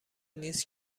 نیس